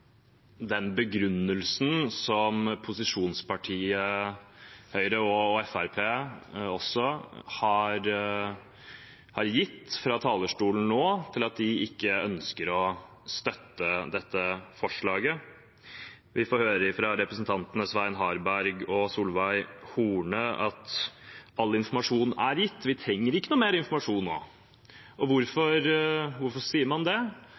den begrunnelsen som posisjonspartiet Høyre, og også Fremskrittspartiet, har gitt fra talerstolen nå for at de ikke ønsker å støtte dette forslaget. Vi får høre fra representantene Svein Harberg og Solveig Horne at all informasjon er gitt, og at vi ikke trenger noe mer informasjon nå. Hvorfor sier man det?